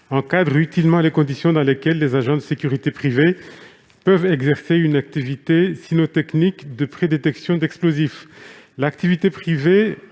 encadre utilement les conditions dans lesquelles les agents de sécurité privée peuvent exercer une activité cynotechnique de prédétection d'explosifs. L'activité privée